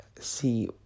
see